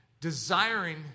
desiring